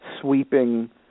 sweeping